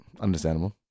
Understandable